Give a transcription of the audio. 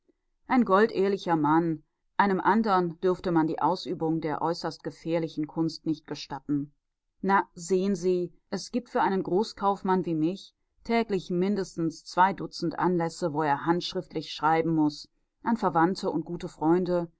ein goldehrlicher mann einem anderen dürfte man die ausübung der äußerst gefährlichen kunst nicht gestatten na sehen sie es gibt für einen großkaufmann wie mich täglich mindestens zwei dutzend anlässe wo er handschriftlich schreiben muß an verwandte und gute freunde